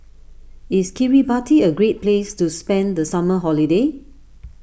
is Kiribati a great place to spend the summer holiday